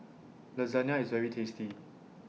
Lasagna IS very tasty